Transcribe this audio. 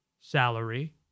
salary